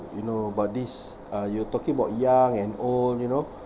you know about this uh you were talking about young and old you know